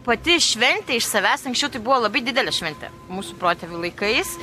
pati šventė iš savęs anksčiau tai buvo labai didelė šventė mūsų protėvių laikais